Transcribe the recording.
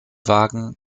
wagen